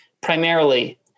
primarily